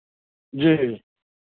जी